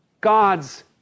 God's